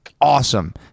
awesome